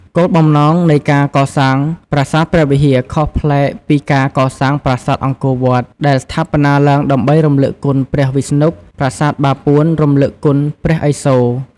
គោលបំណងនៃការកសាងប្រាសាទព្រះវិហារខុសប្លែកពីការកសាងប្រាសាទអង្គរវត្ត ដែលស្ថាបនាឡើងដើម្បីរំឭកគុណព្រះវិស្ណុ ប្រាសាទបាពួន រំឭកគុណព្រះឥសូរ ។